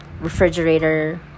refrigerator